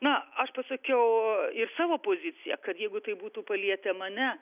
na aš pasakiau ir savo poziciją kad jeigu tai būtų palietę mane